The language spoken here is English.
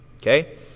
okay